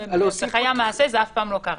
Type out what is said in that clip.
למעשה זה אף פעם לא קרה.